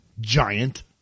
giant